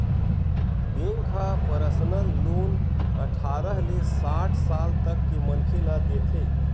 bank ह personal loan अठारह ले साठ साल तक के मनखे ल देथे